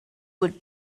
would